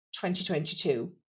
2022